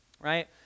Right